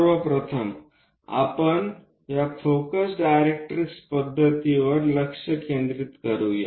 सर्व प्रथम आपण या फोकस डायरेक्ट्रिक्स पद्धतीवर लक्ष केंद्रित करूया